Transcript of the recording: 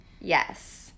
Yes